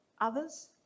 others